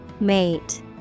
mate